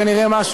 תודה רבה,